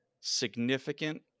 significant